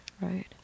right